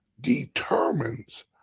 determines